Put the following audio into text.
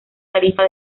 tarifa